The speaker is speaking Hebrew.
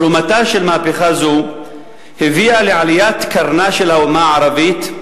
תרומתה של מהפכה זו הביאה לעליית קרנן של האומה הערבית,